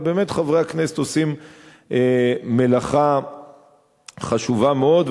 ובאמת חברי הכנסת עושים מלאכה חשובה מאוד.